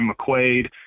McQuaid